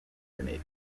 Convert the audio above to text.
grenades